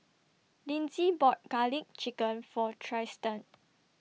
Linzy bought Garlic Chicken For Trystan